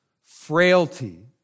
frailty